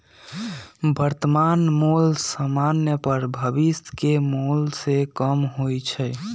वर्तमान मोल समान्य पर भविष्य के मोल से कम होइ छइ